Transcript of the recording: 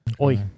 Oi